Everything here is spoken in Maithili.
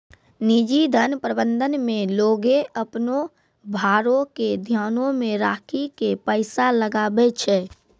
निजी धन प्रबंधन मे लोगें अपनो भारो के ध्यानो मे राखि के पैसा लगाबै छै